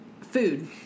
food